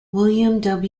william